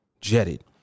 jetted